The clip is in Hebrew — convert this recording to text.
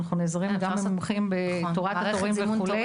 שאנחנו נעזרים גם במומחים בתורת התורים וכולי.